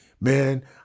man